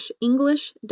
English